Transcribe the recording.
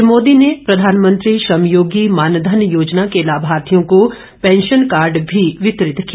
श्री मोदी ने प्रधानमंत्री श्रमयोगी मानधन योजना के लाभार्थियों को पेंशन कार्ड भी वितरित किए